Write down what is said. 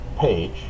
page